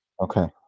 Okay